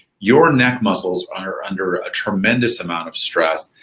your neck muscles are under a tremendous amount of stress.